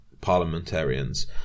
parliamentarians